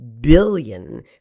billion